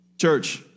Church